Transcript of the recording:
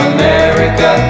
America